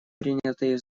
принятые